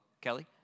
Kelly